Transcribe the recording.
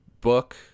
book